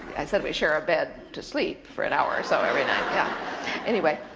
i said we share a bed to sleep for an hour or so every night. yeah anyway,